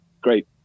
great